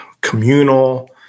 communal